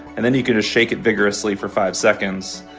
and then you can just shake it vigorously for five seconds,